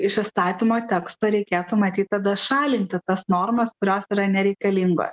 iš įstatymo teksto reikėtų matyt tada šalinti tas normas kurios yra nereikalingos